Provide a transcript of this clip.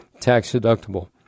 tax-deductible